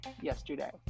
yesterday